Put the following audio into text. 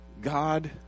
God